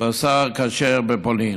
בשר כשר בפולין.